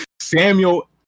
Samuel